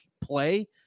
play